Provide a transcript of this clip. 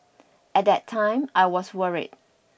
at that time I was worried